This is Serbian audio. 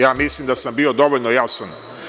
Ja mislim da sam bio dovoljno jasan.